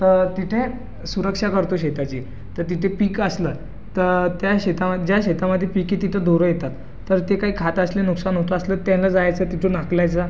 तर तिथे सुरक्षा करतो शेताची तर तिथे पीक असलं तर त्या शेतामध्ये ज्या शेतामध्ये पीक आहे तिथं ढोरं येतात तर ते काही खात असले नुकसान होत असलं त्यांना जायचं तिथून हाकलायचं